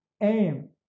aim